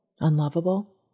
unlovable